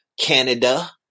Canada